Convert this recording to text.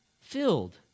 filled